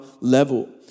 level